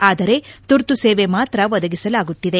ಆದರೆ ತುರ್ತು ಸೇವೆ ಮಾತ್ರ ಒದಗಿಸಲಾಗುತ್ತಿದೆ